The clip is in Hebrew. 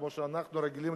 כמו שאנחנו רגילים,